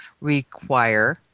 require